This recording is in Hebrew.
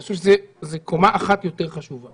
ואני חושב שזאת קומה אחת יותר חשובה.